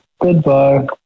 goodbye